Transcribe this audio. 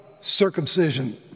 circumcision